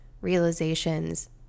realizations